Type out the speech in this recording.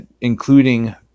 including